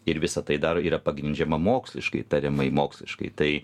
ir visa tai dar yra pagrindžiama moksliškai tariamai moksliškai tai